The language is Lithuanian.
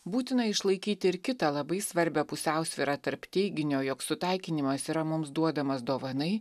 būtina išlaikyti ir kitą labai svarbią pusiausvyrą tarp teiginio jog sutaikinimas yra mums duodamas dovanai